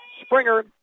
Springer